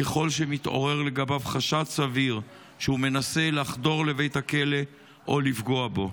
ככל שמתעורר לגביו חשד סביר שהוא מנסה לחדור לבית הכלא או לפגוע בו.